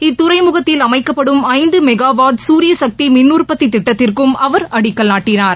இத்துறைமுகத்தில் அமைக்கப்படும் ஐந்து மெகாவாட் குரியசக்தி மினஉற்பத்தி திட்டத்திற்கும் அவர் அடிக்கல் நாட்டினார்